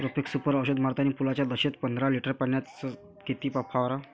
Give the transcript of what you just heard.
Profex Super औषध मारतानी फुलाच्या दशेत पंदरा लिटर पाण्यात किती फवाराव?